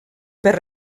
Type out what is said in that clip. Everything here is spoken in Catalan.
per